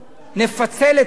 נפצל את החוק,